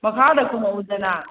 ꯃꯈꯥꯗ ꯀꯨꯃꯛꯎꯗꯅ